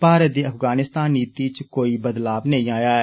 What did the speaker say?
भारत दी अफगानिस्तान नीति च कोई बदलाव नेई आया ऐ